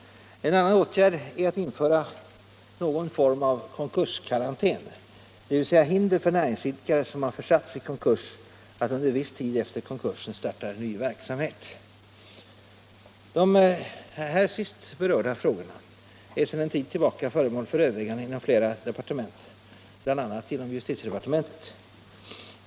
En annan åtgärd är att införa någon form av konkurskarantän, dvs. hinder för näringsidkare som har försatts i konkurs att under viss tid efter konkursen starta en ny verksamhet. De här sist berörda frågorna är sedan en tid tillbaka föremål för överväganden inom flera departement, bl.a. inom justitiedepartementet.